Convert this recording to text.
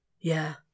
Yeah